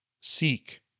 seek